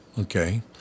okay